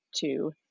two